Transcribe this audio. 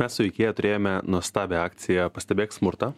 mes su ikea turėjome nuostabią akciją pastebėk smurtą